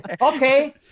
Okay